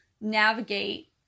navigate